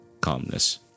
calmness